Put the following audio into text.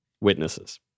witnesses